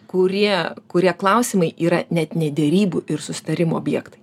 kurie kurie klausimai yra net ne derybų ir susitarimo objektai